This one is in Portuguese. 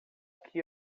que